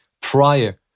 prior